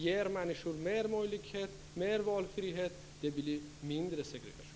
Ge människor mer av valfrihet, så blir det mindre av segregation!